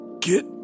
get